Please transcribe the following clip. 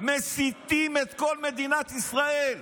מסיתים את כל מדינת ישראל,